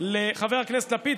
חבר הכנסת לפיד,